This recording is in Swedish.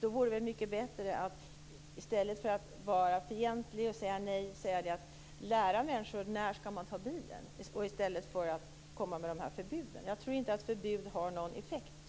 Då vore det väl bättre att lära människor när man skall ta bilen i stället för att vara fientlig och säga nej och komma med förbud. Jag tror inte att förbud har någon effekt.